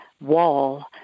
wall